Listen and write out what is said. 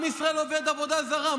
עם ישראל עובד עבודה זרה,